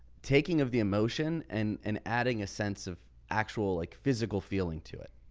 taking of the emotion and and adding a sense of actual, like physical feeling to it.